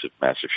massive